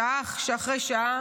שעה אחרי שעה,